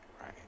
Right